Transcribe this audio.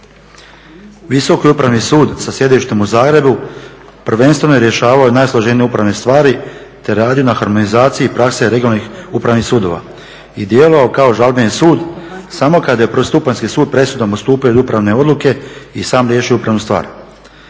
Visoki upravni sud sa sjedištem u Zagrebu prvenstveno je rješavao najsloženije upravne stvari te radio na harmonizaciji prakse regionalnih upravnih sudova i djelovao kao žalbeni sud samo kada je prvostupanjski sud presudom odstupio od upravne odluke i sam riješio upravnu stvar.